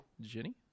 Jenny